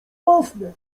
własne